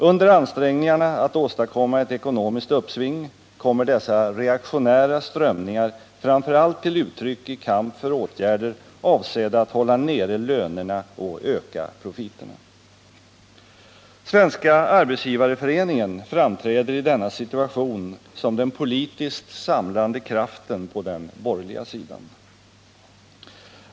Under ansträngningarna att åstadkomma ett ekonomiskt uppsving kommer dessa reaktionära strömningar framför allt till uttryck i kamp för åtgärder, avsedda att hålla nere lönerna och öka profiterna. Svenska arbetsgivareföreningen framträder i denna situation som den politiskt samlande kraften på den borgerliga sidan.